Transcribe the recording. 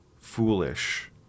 foolish